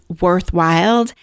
worthwhile